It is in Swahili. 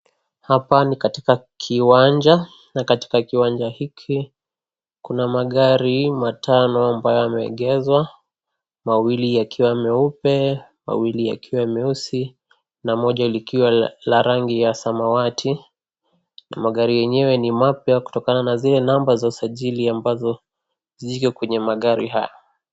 Hapa ni katika kiwanja na katika kiwanja hiki Kuna magari matano ambayo yameegezwa, mawili yakiwa meupe, mawili yakiwa meusi, na Moja likiwa la rangi ya samawati na magari yenyewe ni mapya kutokana na zile namba za usajili ambazo ziko kwenye magari haya.